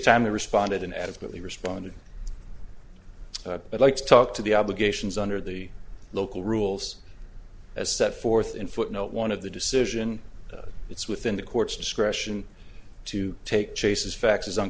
time they responded and adequately responded but like to talk to the obligations under the local rules as set forth in footnote one of the decision it's within the court's discretion to take chase's faxes